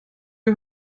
wir